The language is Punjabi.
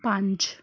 ਪੰਜ